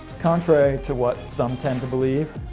contrary to what some tend to believe,